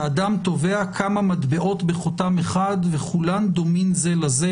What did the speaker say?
שאדם טובע כמה מטבעות בחותם אחד וכולן דומין זה לזה,